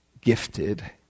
gifted